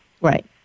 Right